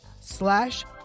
slash